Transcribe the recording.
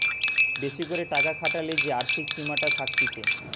বেশি করে টাকা খাটালে যে আর্থিক সীমাটা থাকতিছে